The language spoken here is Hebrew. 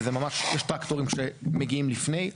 וממש יש טרקטורים שמגיעים לפני,